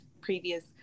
previous